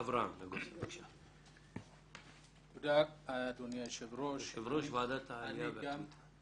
אברהם, בבקשה, יושב-ראש ועדת העלייה והקליטה.